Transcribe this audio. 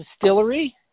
distillery